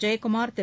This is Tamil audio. ஜெயகுமார் திரு